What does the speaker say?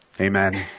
Amen